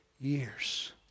years